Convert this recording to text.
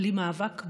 בלי מאבק,